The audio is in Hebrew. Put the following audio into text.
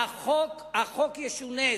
החוק ישונה.